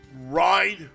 ride